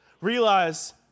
realize